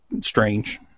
strange